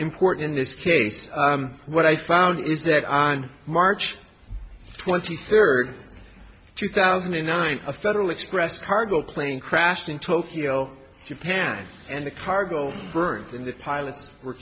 important in this case what i found is that on march twenty third two thousand and nine a federal express cargo plane crashed in tokyo japan and the cargo burnt in the pilots were